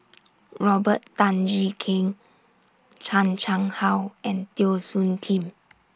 Robert Tan Jee Keng Chan Chang How and Teo Soon Kim